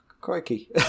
crikey